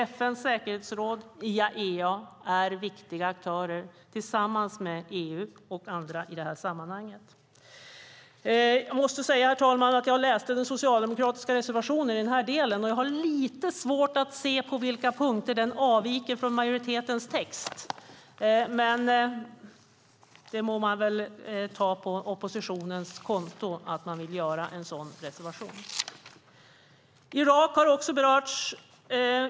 FN:s säkerhetsråd och IAEA är viktiga aktörer tillsammans med EU och andra. Jag måste, herr talman, säga att när jag läste den socialdemokratiska reservationen i den här delen hade jag lite svårt att se på vilka punkter den avviker från majoritetens text. Men man må väl ta på oppositionens konto att de vill göra en sådan reservation. Irak har också berörts.